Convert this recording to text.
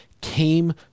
came